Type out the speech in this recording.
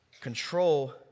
Control